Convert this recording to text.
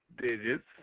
digits